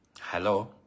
hello